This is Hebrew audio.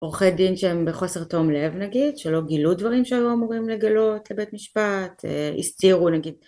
עורכי דין שהם בחוסר תום לב נגיד שלא גילו דברים שהיו אמורים לגלות לבית משפט הסתירו נגיד...